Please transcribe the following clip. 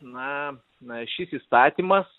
na na šis įstatymas